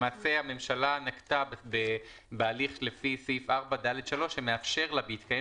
הממשלה נקטה בהליך לפי סעיף 4ד(3) שמאפשר לה בהתקיים